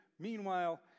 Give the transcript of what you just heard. meanwhile